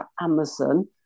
Amazon